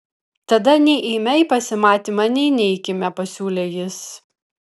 tada nei eime į pasimatymą nei neikime pasiūlė jis